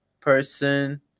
person